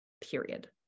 period